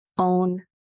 Own